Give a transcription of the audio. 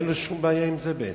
אין לו שום בעיה עם זה,